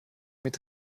mit